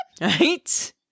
Right